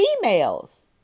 females